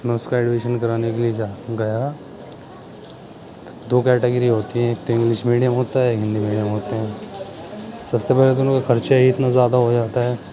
میں اس کا ایڈمیشن کرانے کے لیے جا گیا دو کیٹیگری ہوتی ہیں ایک تو انگلش میڈیم ہوتا ہے ہندی میڈیم ہوتا ہیں سب سے پہلے تو ان کا خرچہ ہی اتنا زیادہ ہو جاتا ہے